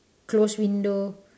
close window